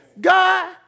God